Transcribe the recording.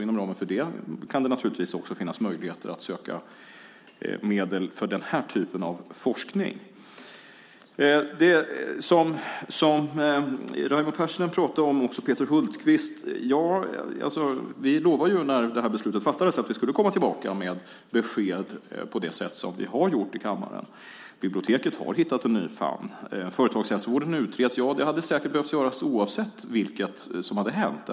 Inom ramen för det kan det finnas möjlighet att söka medel för den här typen av forskning. Så går jag över till det som Raimo Pärssinen och Peter Hultqvist pratade om. Vi lovade när beslutet fattades att vi skulle komma tillbaka med besked i kammaren på det sätt som vi har gjort. Biblioteket har hittat en ny famn. Företagshälsovården utreds. Det hade man säkert behövt göra oavsett vad som hänt.